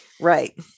right